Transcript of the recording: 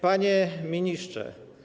Panie Ministrze!